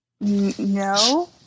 No